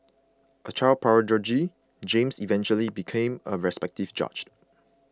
a child prodigy James eventually became a respected judge